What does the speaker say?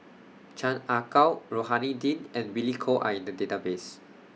Chan Ah Kow Rohani Din and Billy Koh Are in The Database